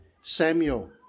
Samuel